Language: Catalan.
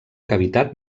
cavitat